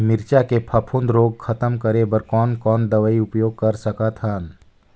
मिरचा के फफूंद रोग खतम करे बर कौन कौन दवई उपयोग कर सकत हन?